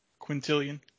Quintillion